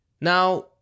Now